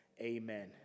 Amen